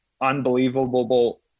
unbelievable